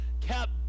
kept